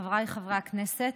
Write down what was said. חבריי חברי הכנסת,